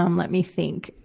um let me think.